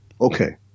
Okay